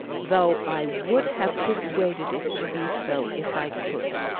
though i would have persuaded it to be so if i could.